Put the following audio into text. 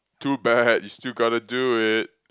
too bad you still got to do it